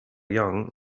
young